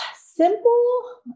simple